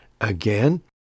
Again